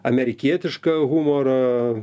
amerikietišką humoro